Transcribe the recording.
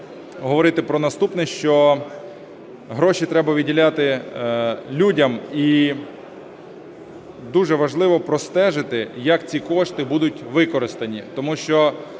говорити про наступне, що гроші треба виділяти людям, і дуже важливо простежити, як ці кошти будуть використані, тому що